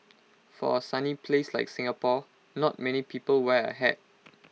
for A sunny place like Singapore not many people wear A hat